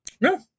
No